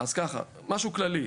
משהו כללי.